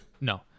No